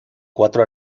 cuatro